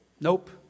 nope